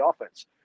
offense